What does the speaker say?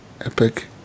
Epic